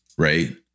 Right